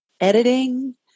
editing